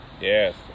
Yes